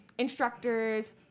Instructors